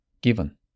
given